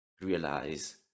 realize